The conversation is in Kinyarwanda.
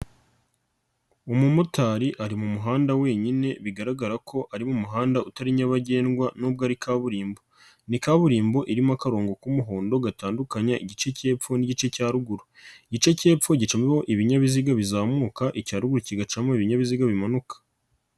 Umumotari ari mu muhanda wenyine bigaragara ko ari mu muhanda utari nyabagendwa nubwo ari kaburimbo, ni kaburimbo irimo akarongo k'umuhondo gatandukanya igice k'epfo n'igice cya ruguru, igice k'epfo gicaho ibinyabiziga bizamuka, icya ruguru kigacamo ibinyabiziga bimanuka.